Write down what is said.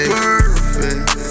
perfect